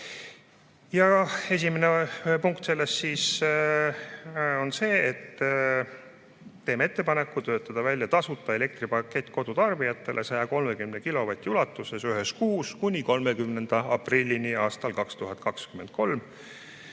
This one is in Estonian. Esimene punkt selles on see, et teeme ettepaneku töötada välja tasuta elektripakett kodutarbijatele 130 kilovati ulatuses ühes kuus kuni 30. aprillini aastal 2023.